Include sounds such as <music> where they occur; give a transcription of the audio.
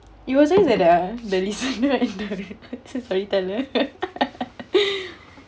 it was his at uh the the list <laughs>